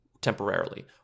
temporarily